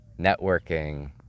networking